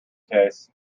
case